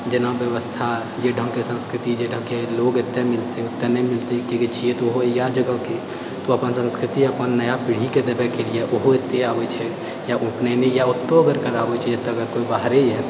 जेना व्यवस्था जै ढ़ङ्गके संस्कृति जहि ढ़ङ्गके लोग एतय मिलतै ओतऽ नहि मिलतै किआकि छियै तऽओहो इएह जगहके तऽ अपन संस्कृति अपन नया पीढ़ीके देबएके लिये ओहो एतै आबए छथि या उपनैने या ओतहुँ अगर कराबै छै एतऽअगर केओ बाहरमे आबैए